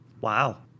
Wow